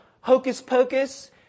hocus-pocus